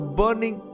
burning